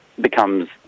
becomes